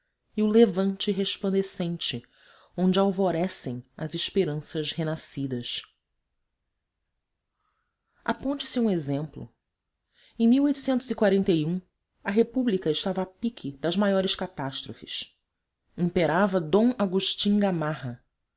e o levante resplandecente onde alvorecem as esperanças renascidas aponte se um exemplo e a república estava a pique das maiores catástrofes imperava d agustín gamarra